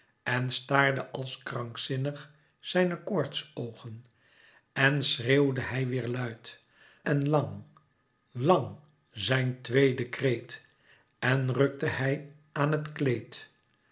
en staarde als krankzinnig zijne koortsoogen en schreeuwde hij weêr luid en lang lang zijn tweeden kreet en rukte hij aan het kleed